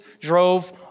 drove